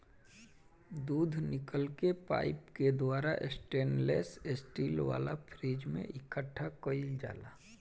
दूध निकल के पाइप के द्वारा स्टेनलेस स्टील वाला फ्रिज में इकठ्ठा कईल जाला